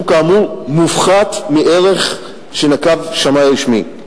שהוא כאמור מופחת מהערך שנקב שמאי רשמי.